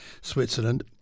Switzerland